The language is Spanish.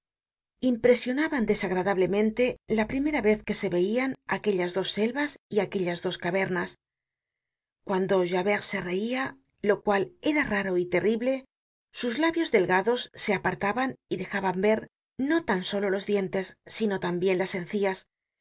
impresionaban desagradablemente la primera vez que se veian aquellas dos selvas y aquellas dos cavernas cuando javert se reia lo cual era raro y terrible sus labios delgados se apartaban y dejaban ver no tan solo los dientes sino tambien las encías